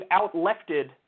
outlefted